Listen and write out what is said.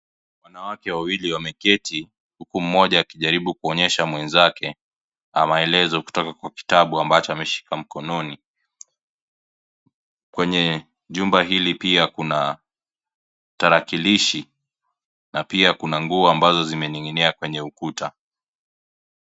Wanawake wawili wameketi, huku mmoja akijaribu kuonyesha mwenzake maelezo kutoka kwa kitabu ambacho ameshika mkononi. Kwenye chumba hili pia kuna tarakilishi na pia kuna nguo ambazo zimening'inia kwenye ukuta.